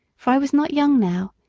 for i was not young now,